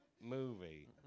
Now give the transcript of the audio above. movie